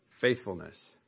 Faithfulness